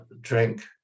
drink